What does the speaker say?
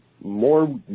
more